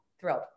thrilled